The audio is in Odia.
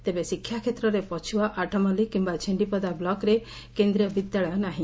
ତେବେ ଶିକ୍ଷାକ୍ଷେତ୍ରରେ ପଛୁଆ ଆଠମଲ୍ଲିକ କିମ୍ବା ଛେଣ୍ଡିପଦା ବ୍ଲକରେ କେନ୍ଦ୍ରୀୟ ବିଦ୍ୟାଳୟ ନାହି